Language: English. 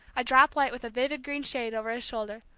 a drop-light with a vivid green shade over his shoulder,